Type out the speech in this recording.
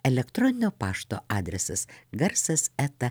elektroninio pašto adresas garsas eta